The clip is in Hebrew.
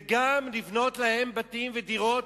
וגם לבנות להם בתים ודירות,